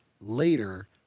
later